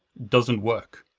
doesn't work.